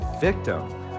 victim